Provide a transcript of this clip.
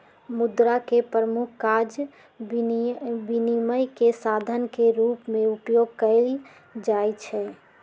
मुद्रा के प्रमुख काज विनिमय के साधन के रूप में उपयोग कयल जाइ छै